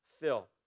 fill